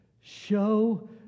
Show